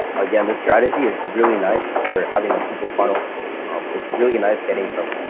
again, this strategy is really nice, or having a simple funnel is really a nice getting from